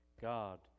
God